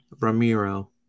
ramiro